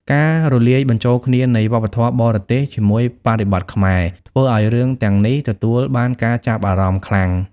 ការលាយបញ្ចូលគ្នានៃវប្បធម៌បរទេសជាមួយបរិបទខ្មែរធ្វើឱ្យរឿងទាំងនេះទទួលបានការចាប់អារម្មណ៍ខ្លាំង។